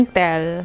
tell